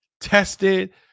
tested